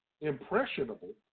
impressionable